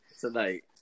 Tonight